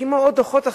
כמו עוד דוחות,